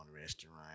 restaurant